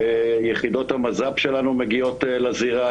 יחידות המז"פ שלנו מגיעות לזירה,